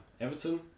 Everton